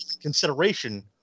Consideration